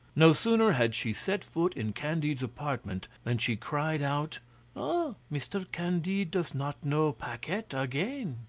no sooner had she set foot in candide's apartment than she cried out ah! mr. candide does not know paquette again.